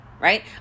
right